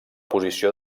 posició